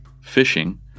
fishing